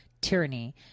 tyranny